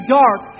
dark